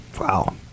Wow